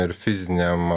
ir fiziniam